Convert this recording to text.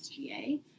SGA